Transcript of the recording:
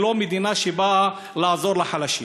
ולא של מדינה שבאה לעזור לחלשים.